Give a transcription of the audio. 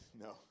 No